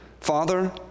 Father